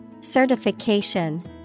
Certification